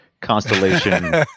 constellation